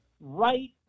right